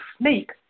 snake